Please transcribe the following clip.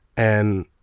and,